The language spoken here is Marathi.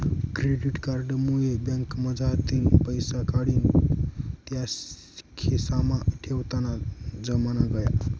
क्रेडिट कार्ड मुये बँकमझारतीन पैसा काढीन त्या खिसामा ठेवताना जमाना गया